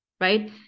right